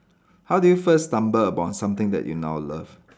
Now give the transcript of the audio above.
how did you first stumble upon something that you now love